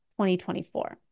2024